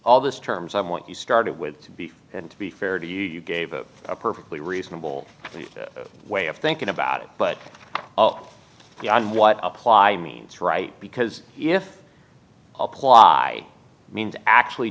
all this terms of what you started with to be good to be fair to you you gave a perfectly reasonable way of thinking about it but oh yeah what apply means right because if apply means actually